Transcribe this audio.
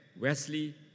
Wesley